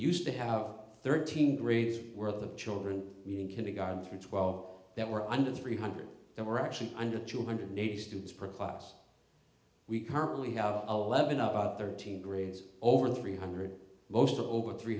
used to have thirteen grades were the children meaning kindergarten through twelve that were under three hundred that were actually under two hundred eighty students per class we currently have a lemon about thirteen grades over three hundred most are over three